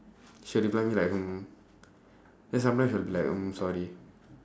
she'll reply me like hmm then sometimes she'll be like mm sorry